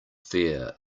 fair